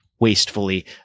Wastefully